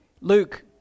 Luke